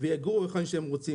ולגור היכן שהם רוצים,